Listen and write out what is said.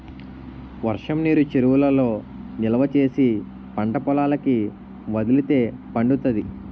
వర్షంనీరు చెరువులలో నిలవా చేసి పంటపొలాలకి వదిలితే పండుతాది